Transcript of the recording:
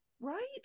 Right